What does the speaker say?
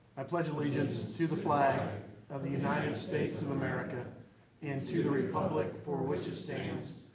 i pledge allegiance to the flag of the united states of america and to the republic for which it stands,